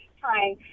Hi